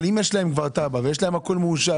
אבל אם כבר יש להם תב"ע והכול מאושר,